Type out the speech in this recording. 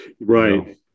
right